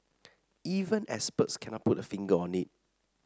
even experts cannot put a finger on it